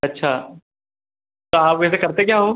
अच्छा तो आप वैसे करते क्या हो